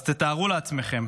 אז תתארו לעצמכם